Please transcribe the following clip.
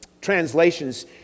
translations